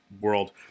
world